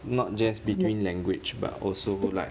not just between language but also like